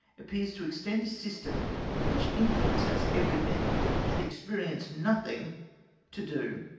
appears to extend a system in which influence has everything and experi ence nothing to do,